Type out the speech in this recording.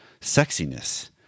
sexiness